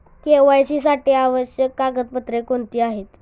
KYC साठी आवश्यक कागदपत्रे कोणती आहेत?